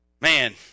Man